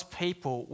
people